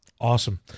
Awesome